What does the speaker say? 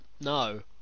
no